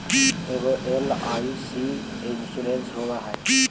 ऐगो एल.आई.सी इंश्योरेंस होव है?